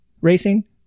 racing